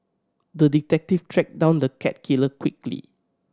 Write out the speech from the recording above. the detective tracked down the cat killer quickly